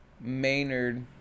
maynard